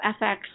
fx